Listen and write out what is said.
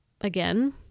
again